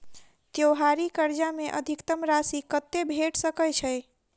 त्योहारी कर्जा मे अधिकतम राशि कत्ते भेट सकय छई?